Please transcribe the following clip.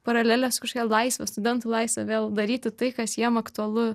paralelė su kažkokia laisve studentų laisve vėl daryti tai kas jiems aktualu